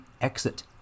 exit